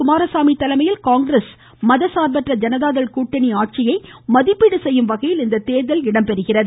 குமாரசாமி தலைமையில் காங்கிரஸ் மதசார்பற்ற ஜனதா தள் கூட்டணி ஆட்சியை மதிப்பீடு செய்யும்வகையில் இந்த தேர்தல் இடம்பெறுகிறது